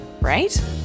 right